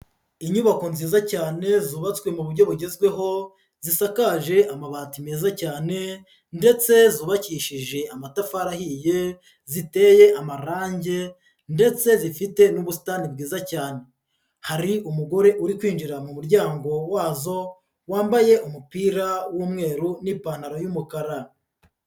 Inyubako nziza cyane zubatswe mu buryo bugezweho, zisakaje amabati meza cyane ndetse zubakishije amatafari ahiye, ziteye amarange ndetse zifite n'ubusitani bwiza cyane, hari umugore uri kwinjira mu muryango wazo wambaye umupira w'umweru n'ipantaro y'umukara.